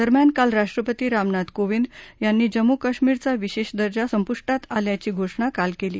दरम्यान काल राष्ट्रपती रामनाथ कोविंद यांनी जम्मू कश्मीर चा विशेष दर्जा संपुष्टात आल्याची घोषणा काल केली